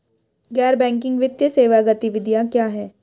गैर बैंकिंग वित्तीय सेवा गतिविधियाँ क्या हैं?